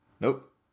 Nope